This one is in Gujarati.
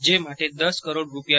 જે માટે દસ કરોડ રૂા